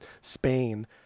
Spain